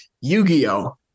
Yu-Gi-Oh